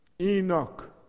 Enoch